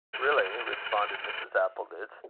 really, responded mrs. appleditch,